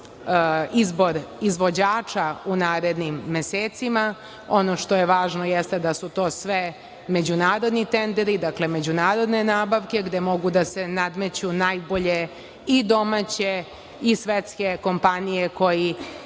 izbor izvođača u narednim mesecima. Ono što je važno jeste da su to sve međunarodni tenderi, međunarodne nabavke, gde mogu da se nadmeću najbolje i domaće i svetske kompanije koje